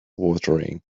watering